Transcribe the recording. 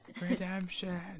Redemption